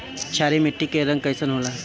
क्षारीय मीट्टी क रंग कइसन होला?